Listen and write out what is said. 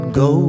go